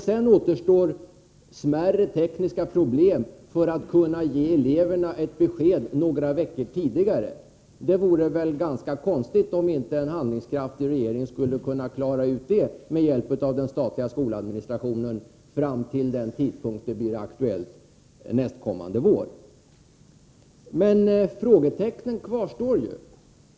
Sedan återstår smärre tekniska problem för att kunna ge eleverna ett besked några veckor tidigare. Det vore väl ganska konstigt om inte en handlingskraftig regering skulle kunna klara ut det med hjälp av den statliga skoladministrationen fram till den tidpunkt då det blir aktuellt nästkommande vår. Men frågetecknen kvarstår ju.